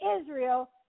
Israel